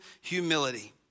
humility